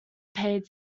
paid